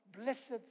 Blessed